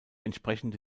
entsprechende